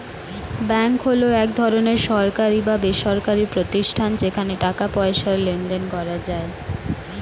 bank হলো এক ধরনের সরকারি বা বেসরকারি প্রতিষ্ঠান যেখানে টাকা পয়সার লেনদেন করা যায়